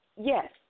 yes